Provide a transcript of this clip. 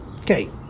Okay